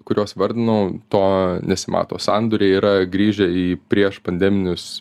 kuriuos vardinau to nesimato sandoriai yra grįžę į prieš pandeminius